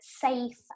safe